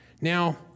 Now